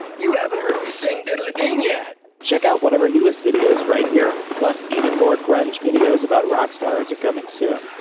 you haven't heard me sing diddley-ding yet. check out one of our newest videos right here! plus, even more grunge videos about rock stars are coming soon.